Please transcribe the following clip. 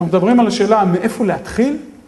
אנחנו מדברים על השאלה מאיפה להתחיל?